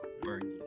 Bernie